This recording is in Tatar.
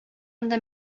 анда